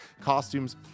costumes